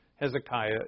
Hezekiah